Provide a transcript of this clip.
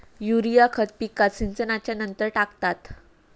urea खत पिकात सिंचनच्या नंतर टाकतात